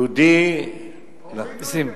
יהודי לא מתקיף יהודי.